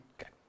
Okay